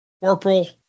Corporal